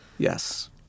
Yes